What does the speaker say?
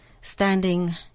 standing